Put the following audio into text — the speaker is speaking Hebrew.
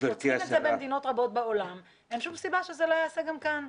עושים את זה במדינות רבות בעולם ואין שום סיבה שזה לא ייעשה גם כאן.